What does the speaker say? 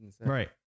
Right